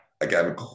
Again